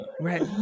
right